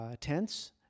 tense